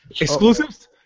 Exclusives